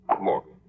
Morgan